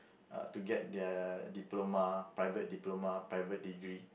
to get their diploma private diploma private degree